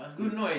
we